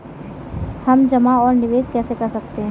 हम जमा और निवेश कैसे कर सकते हैं?